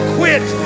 quit